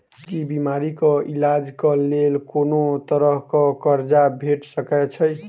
की बीमारी कऽ इलाज कऽ लेल कोनो तरह कऽ कर्जा भेट सकय छई?